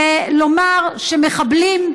ולומר שמחבלים,